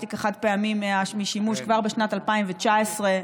הפלסטיק החד-פעמי משימוש כבר בשנת 2019,